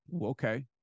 okay